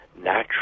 natural